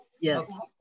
yes